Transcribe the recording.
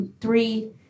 three